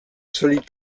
solide